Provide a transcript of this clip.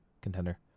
contender